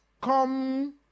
come